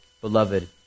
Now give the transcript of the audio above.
Beloved